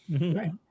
Right